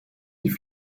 die